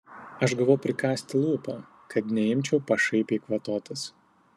aš gavau prikąsti lūpą kad neimčiau pašaipiai kvatotis